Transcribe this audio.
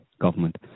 government